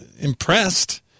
impressed